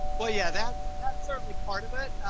well, yeah, that's that's certainly part of it.